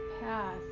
path